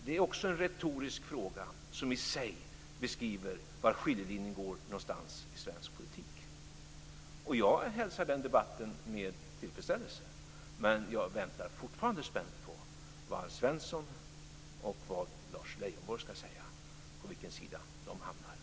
Det är också en retorisk fråga som i sig beskriver var skiljelinjen går någonstans i svensk politik. Jag hälsar den debatten med tillfredsställelse. Men jag väntar fortfarande spänt på vad Alf Svensson och vad Lars Leijonborg ska säga - på besked om på vilken sida de hamnar.